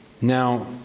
Now